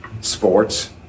sports